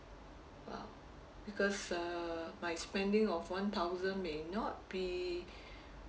!wow! because uh my spending of one thousand may not not be